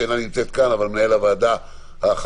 שאינה נמצאת כאן אבל מנהל הוועדה החרוץ